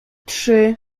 trzy